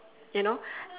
you know